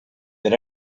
that